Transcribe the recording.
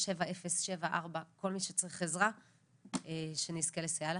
054-9987074. כל מי שצריך עזרה שנזכה לסייע לכם.